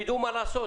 הם יידעו מה לעשות.